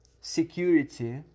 security